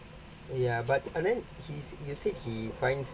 ya but and then he's you said he finds